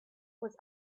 was